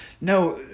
No